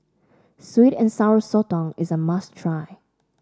Sweet and Sour Sotong is a must try